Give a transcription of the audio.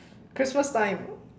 Christmas time